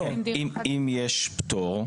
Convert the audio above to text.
אם יש פטור.